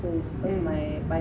mm